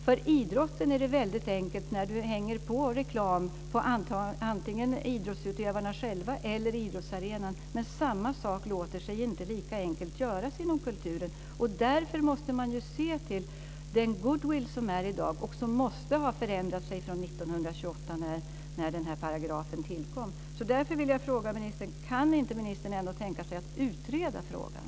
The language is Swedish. För idrotten är det väldigt enkelt när reklam hängs på idrottsutövarna själva eller på idrottsarenan. Samma sak låter sig inte lika enkelt göras inom kulturen. Därför måste man se till den goodwill som finns i dag och som måste ha förändrats från år 1928 då den här paragrafen tillkom. Kan inte ministern ändå tänka sig att utreda frågan?